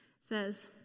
says